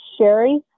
Sherry